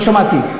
לא שמעתי.